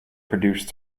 produce